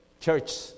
church